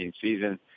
season